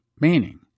Meaning